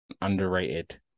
underrated